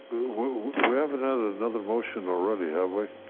wherever that another motion already halfway.